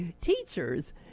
teachers